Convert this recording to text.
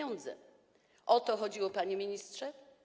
O to chodziło, panie ministrze?